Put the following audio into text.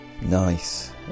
nice